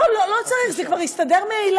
לא, לא צריך, זה כבר יסתדר מאליו.